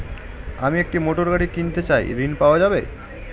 আমি একটি মোটরগাড়ি কিনতে চাই ঝণ পাওয়া যাবে?